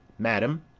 madam,